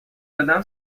دادم